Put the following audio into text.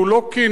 הוא לא king.